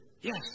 Yes